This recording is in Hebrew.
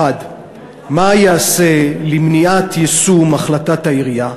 1. מה ייעשה למניעת יישום החלטת העירייה?